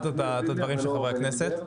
שלום.